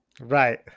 Right